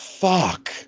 Fuck